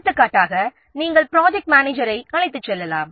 எடுத்துக்காட்டாக நீங்கள் ப்ரொஜெக்ட் மேனேஜரை அழைத்துச் செல்லலாம்